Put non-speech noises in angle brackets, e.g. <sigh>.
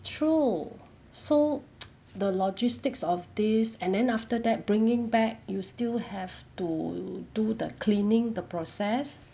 true so <noise> the logistics of this and then after that bringing back you still have to do the cleaning the process